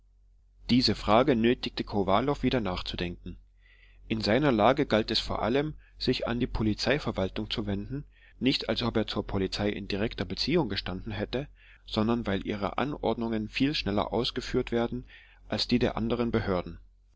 diese frage nötigte kowalow wieder nachzudenken in seiner lage galt es vor allem sich an die polizeiverwaltung zu wenden nicht als ob er zu der polizei in direkter beziehung gestanden hätte sondern weil ihre anordnungen viel schneller ausgeführt wer den als die der anderen behörden